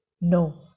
No